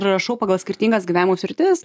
rašau pagal skirtingas gyvenimo sritis